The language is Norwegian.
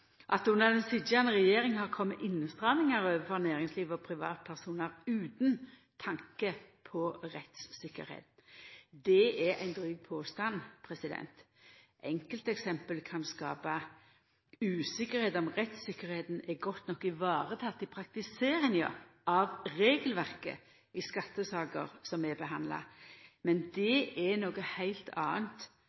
det under den sitjande regjeringa har kome innstrammingar overfor næringslivet og privatpersonar – utan tanke på rettstryggleik. Det er ein dryg påstand. Enkelteksempel kan skapa usikkerheit om rettstryggleiken er godt nok vareteken i praktiseringa av regelverket i saker som er behandla. Men det er noko heilt